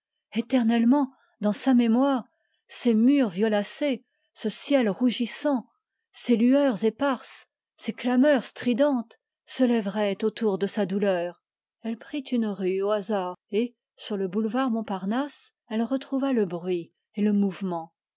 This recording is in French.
éternellement dans sa mémoire ces murs violacés ce ciel rougissant ces lueurs éparses ces clameurs stridentes se lèveraient autour de sa douleur sur le boulevard montparnasse elle retrouva le bruit et le mouvement